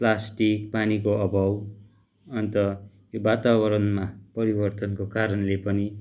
plastic पानीको अभाव अन्त यो वातावरणमा परिवर्तनको कारणले पनि